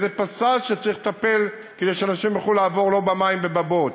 באיזה פסאז' שצריך לטפל כדי שאנשים יוכלו לעבור לא במים ובבוץ.